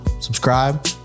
subscribe